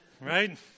Right